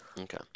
Okay